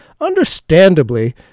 understandably